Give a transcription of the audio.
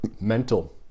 mental